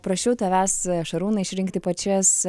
prašiau tavęs šarūnai išrinkti pačias